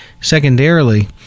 Secondarily